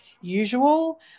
usual